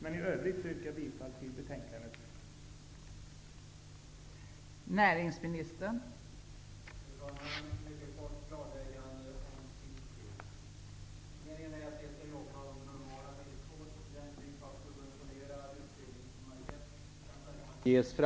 I övrigt yrkar jag bifall till utskottets hemställan i betänkandet i dess helhet.